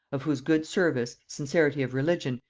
of whose good service, sincerity of religion,